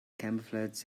camouflage